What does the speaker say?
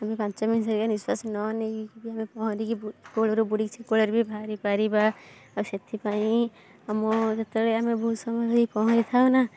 ଆମେ ପାଞ୍ଚ ନିଶ୍ଵାସ ନ ନେଇକି ବି ଆମେ ପହଁରିକି ବି କୂଳରେ ବୁଡ଼ିକି ସେ କୂଳରେ ବି ବାହାରି ପାରିବା ଆଉ ସେଥିପାଇଁ ଆମ ଯେତେବେଳେ ଆମେ ବହୁତ ସମୟଧରି ପହଁରି ଥାଉ ନା